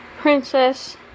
Princess